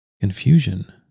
confusion